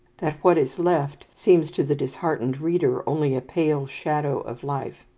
that what is left seems to the disheartened reader only a pale shadow of life.